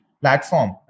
platform